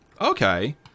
Okay